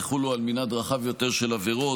יחולו על מנעד רחב יותר של עבירות,